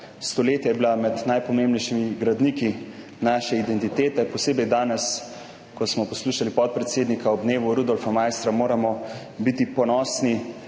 Stoletja je bila med najpomembnejšimi gradniki naše identitete, posebej danes, ko smo poslušali podpredsednika ob dnevu Rudolfa Maistra, moramo biti ponosni